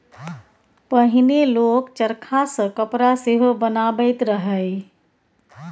पहिने लोक चरखा सँ कपड़ा सेहो बनाबैत रहय